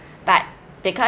but they turn